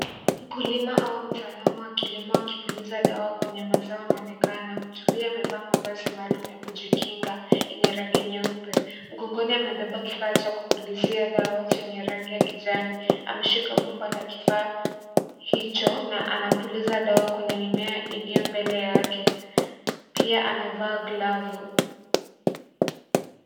Mkulima au mtaalamu wa kilimo akipuliza dawa kwenye mazao anaonekana. Mtu huyu amevaa mavazi maalum ya kujikinga, yenye rangi nyeupe. Mgongoni amebeba kifaa cha kupulizia dawa ,chenye rangi ya kijani. Ameshika bomba la kibaa hicho na anapuliza dawa kwenye mimea iliyo mbele yake. Pia amevaa glavu.